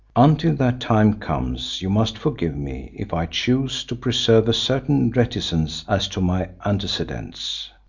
until that time comes, you must forgive me if i choose to preserve a certain reticence as to my antecedents.